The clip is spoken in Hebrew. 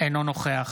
אינו נוכח